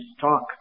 talk